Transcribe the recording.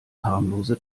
harmlose